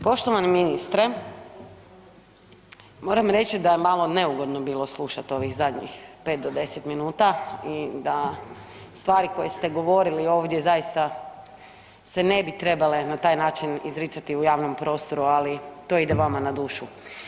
Poštovani ministre, moram reći da je malo neugodno bilo slušat ovih zadnjih 5 do 10 minuta i da stvari koje ste govorili ovdje zaista se ne bi trebale na taj način izricati u javnom prostoru, ali to ide vama na dušu.